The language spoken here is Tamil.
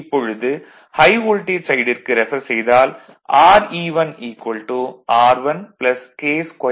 இப்பொழுது ஹை வோல்டேஜ் சைடிற்கு ரெஃபர் செய்தால் Re1 R1 K2R2 1